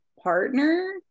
partner